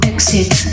Exit